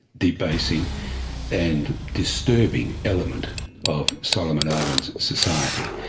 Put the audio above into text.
debasing and disturbing element of solomon islands society.